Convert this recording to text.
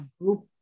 group